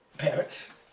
Parents